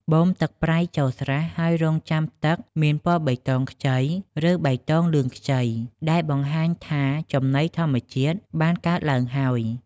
បូមទឹកប្រៃចូលស្រះ ហើយរង់ចាំទឹកមានពណ៌បៃតងខ្ចី ឬបៃតងលឿងខ្ចី ដែលបង្ហាញថាចំណីធម្មជាតិបានកើតឡើងហើយ។